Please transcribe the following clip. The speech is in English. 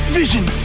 vision